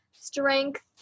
strength